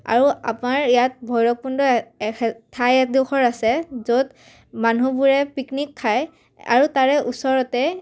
আৰু আমাৰ ইয়াত ভৈৰৱকুণ্ড ঠাই এডখৰ আছে য'ত মানুহবোৰে পিকনিক খায় আৰু তাৰে ওচৰতে